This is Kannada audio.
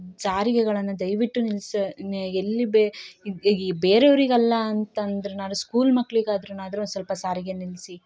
ಸಾರಿಗೆಗಳನ್ನು ದಯವಿಟ್ಟು ನಿಲ್ಸಿ ಎಲ್ಲಿ ಬೇರೆಯವ್ರಿಗೆ ಅಲ್ಲ ಅಂತಂದ್ರೆ ನಾಳೆ ಸ್ಕೂಲ್ ಮಕ್ಕಳಿಗಾದ್ರು ಆದ್ರು ಒನ್ ಸ್ವಲ್ಪ ಸಾರಿಗೆನ ನಿಲ್ಸಿ